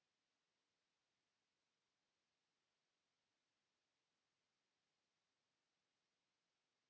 Kiitos,